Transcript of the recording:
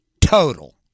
total